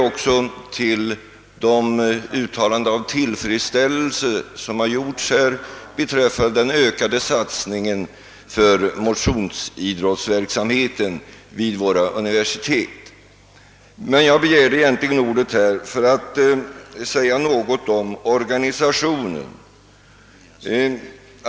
Vidare delar jag den tillfredsställelse som man givit uttryck för beträffande den ökade satsningen på motionsidrottsverksamhet vid våra universitet. Jag begärde emellertid egentligen ordet för att säga något om organisationen.